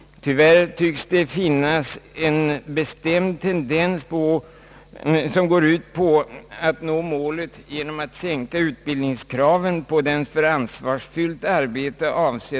Tyvärr tycks det finnas en bestämd tendens till att nå målet genom att sänka kraven på utbildning även för personal som avses för ansvarsfyllt arbete.